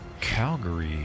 Calgary